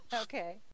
Okay